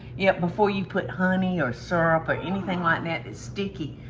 yeah before you put honey or syrup or anything like that, it's sticky.